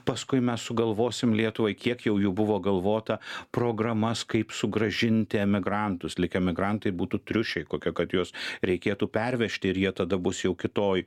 paskui mes sugalvosim lietuvai kiek jau jų buvo galvota programas kaip sugrąžinti emigrantus lyg emigrantai būtų triušiai kokie kad juos reikėtų pervežti ir jie tada bus jau kitoj